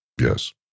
Yes